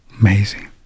amazing